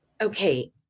Okay